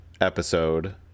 episode